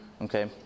okay